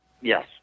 Yes